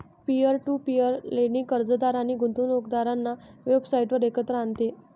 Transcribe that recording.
peer to peer lending कर्जदार आणि गुंतवणूकदारांना वेबसाइटवर एकत्र आणते